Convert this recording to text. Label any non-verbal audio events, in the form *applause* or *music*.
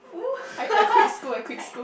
!whoo! *laughs*